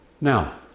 Now